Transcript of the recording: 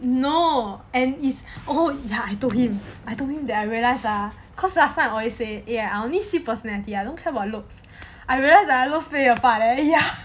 no and his oh ya I told him I told him that I realise ah because last time I always say eh I only see personality I don't care about looks I realise ah I lost that part eh ya